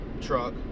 truck